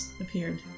appeared